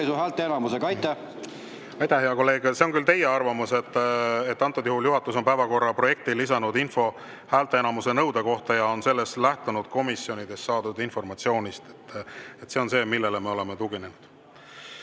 See on küll teie arvamus. Antud juhul on juhatus päevakorra projekti lisanud info häälteenamuse nõude kohta ja on seda tehes lähtunud komisjonidelt saadud informatsioonist. See on see, millele me oleme tuginenud.